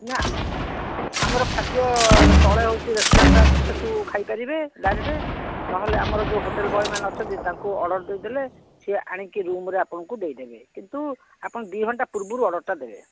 ନା ଆମର ଖାଦ୍ୟ ତଳେ ହେଉଛି ରେଷ୍ଟୁରାଣ୍ଟଟା ଅଛି ସେଇଠୁ ଖାଇପାରିବେ ଡାଇରେକ୍ଟ ନ ହେଲେ ଆମର ଯେଉଁ ହୋଟେଲ ବଏ ମାନେ ଅଛନ୍ତି ତାଙ୍କୁ ଅର୍ଡ଼ର୍ ଦେଇଦେଲେ ସିଏ ଆଣିକି ରୁମ୍ରେ ଆପଣଙ୍କୁ ଦେଇଦେବେ କିନ୍ତୁ ଆପଣ ଦୁଇ ଘଣ୍ଟା ପୂର୍ବରୁ ଅର୍ଡ଼ର୍ଟା ଦେବେ